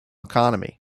economy